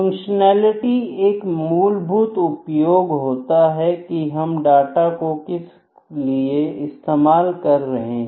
functionality एक मूलभूत उपयोग होता है कि हम डाटा को किस लिए इस्तेमाल कर रहे हैं